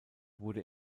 wurde